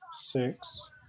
six